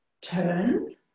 turn